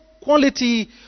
quality